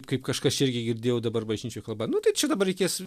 kaip kažkas čia irgi girdėjau dabar bažnyčioj kalba nu tai čia dabar reikės